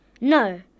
No